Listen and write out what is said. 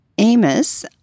Amos